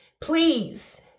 Please